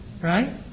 Right